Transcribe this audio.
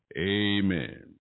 Amen